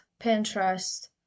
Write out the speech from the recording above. Pinterest